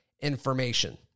information